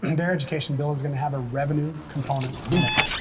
and their education bill is gonna have a revenue component in it.